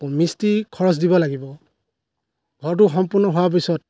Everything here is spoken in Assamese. আকৌ মিস্ত্ৰীক খৰছ দিব লাগিব ঘৰতো সম্পূৰ্ণ হোৱাৰ পিছত